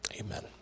Amen